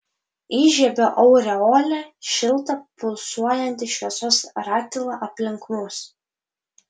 įžiebiu aureolę šiltą pulsuojantį šviesos ratilą aplink mus